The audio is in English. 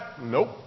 Nope